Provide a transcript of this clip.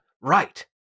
right